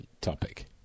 topic